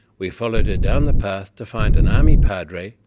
we followed her down the path to find an army padre,